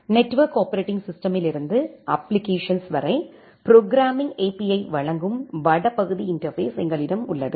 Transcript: network operating சிஸ்டமில் இருந்து applications வரை ப்ரோக்ராம்மிங் API ஐ வழங்கும் வடபகுதி இன்டர்பேஸ் எங்களிடம் உள்ளது